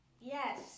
Yes